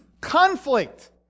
conflict